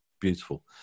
beautiful